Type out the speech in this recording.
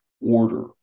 order